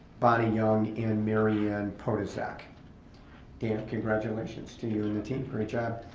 bonnie young, and and maryanne potisack and congratulations to you and the team. great job.